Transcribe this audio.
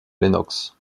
lennox